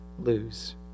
lose